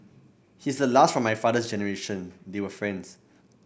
he's the last from my father's generation they were friends